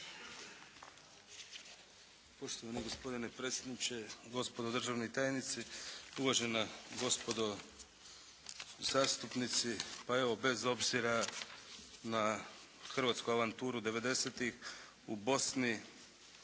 Poštovani gospodine predsjedniče, gospodo državni tajnici, uvažena gospodo zastupnici. Pa evo bez obzira na hrvatsku avanturu devedesetih u Bosni,